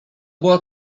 była